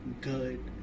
good